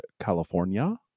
california